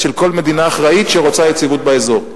של כל מדינה אחראית שרוצה יציבות באזור.